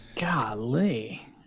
Golly